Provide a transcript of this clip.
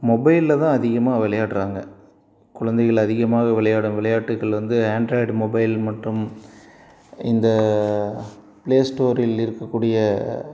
மொபைலில் தான் அதிகமாக விளையாடுறாங்க குழந்தைகள் அதிகமாக விளையாடும் விளையாட்டுக்கள் வந்து ஆண்ட்ராய்டு மொபைல் மற்றும் இந்த ப்ளே ஸ்டோரில் இருக்கக்கூடிய